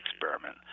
experiment